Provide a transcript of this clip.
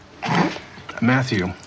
Matthew